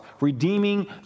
redeeming